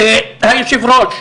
היושבת-ראש,